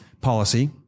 policy